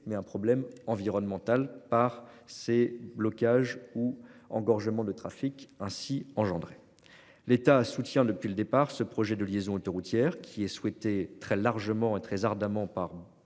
mais un problème environnemental par ces blocages ou engorgement le trafic ainsi engendré. L'État soutient depuis le départ, ce projet de liaison autoroutière qui est souhaité très largement et très ardemment par les